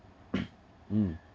mm